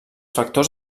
factors